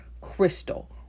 Crystal